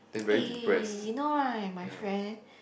eh you know right my friend